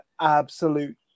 absolute